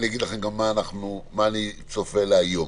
אגיד לכם גם אל מה אני צופה היום.